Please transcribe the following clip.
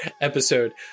episode